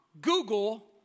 Google